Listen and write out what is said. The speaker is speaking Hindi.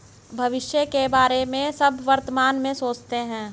भविष्य के बारे में सब वर्तमान में सोचते हैं